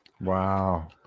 wow